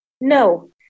No